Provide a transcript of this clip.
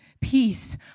Peace